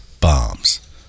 Bombs